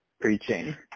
preaching